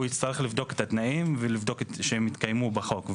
הוא יצטרך לבדוק את התנאים ולבדוק שהם התקיימו בחוק.